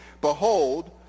behold